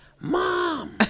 Mom